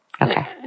Okay